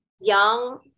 young